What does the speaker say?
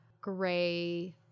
gray